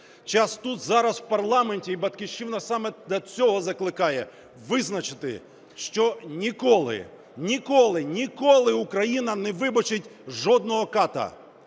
Час тут, зараз в парламенті, і "Батьківщина" саме до цього закликає – визначити, що ніколи, ніколи, ніколи Україна не вибачить жодного ката,